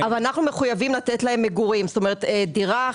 אנחנו מחויבים לתת להם מגורים: דירה,